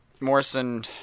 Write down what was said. Morrison